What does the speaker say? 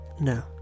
No